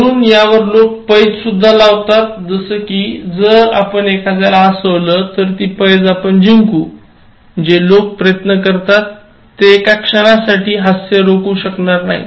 म्हणून यावर लोक पैज सुद्धा लावतात जस कि जर आपण एखाद्याला हसवलं तर ती पैज आपण जिंकू जे लोक प्रयत्न करतात ते एका क्षणापलीकडे हास्य रोखू शकणार नाहीत